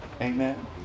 Amen